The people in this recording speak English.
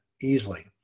easily